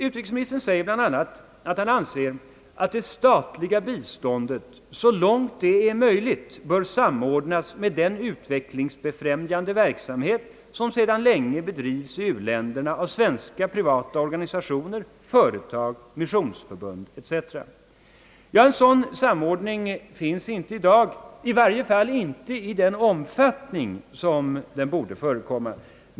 Utrikesministern säger bl.a. att han anser att det statliga biståndet så långt det är möjligt bör samordnas med den utvecklingsfrämjande verksamhet som sedan länge bedrivs i u-länderna av svenska privata organisationer, företag, missionssamfund etc. En sådan samordning finns inte i dag, i varje fall inte i den omfattning som borde förekomma.